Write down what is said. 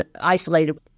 isolated